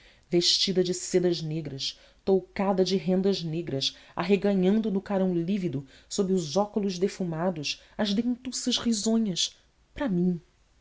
vestida de sedas negras toucada de rendas negras arreganhando no carão lívido sob os óculos defumados as dentuças risonhas para mim